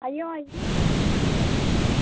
आई जाओ आई जाओ